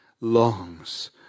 longs